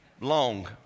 long